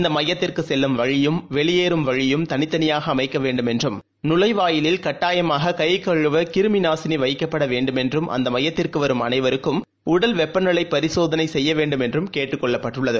இந்தமையத்திற்குசெல்லும் வழியும் வெளியேறும் வழியும் தனித்தனியாகஅமைக்கவேண்டும் என்றும் நுழைவாயிலில் கட்டாயமாககைகழுவகிருமிநாசினிவைக்கப்படவேண்டும் என்றும் அந்தமையத்திற்குவரும் அனைவருக்கும் உடல் வெப்பநிலைபரிசோதனைசெய்யவேண்டும் என்றும் கேட்டுக் கொள்ளப்பட்டுள்ளது